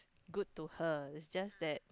good to her it's just that